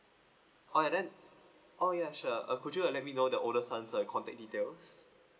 orh and then oh ya sure uh could you let me know the owner's son uh contact details